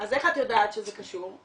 אז איך את יודעת שזה קשור?